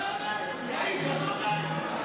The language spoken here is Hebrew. לא ייאמן, האיש השמן.